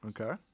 Okay